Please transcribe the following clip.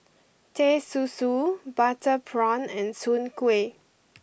Teh Susu Butter Prawn and Soon Kway